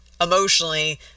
emotionally